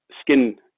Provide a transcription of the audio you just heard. skin